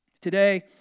Today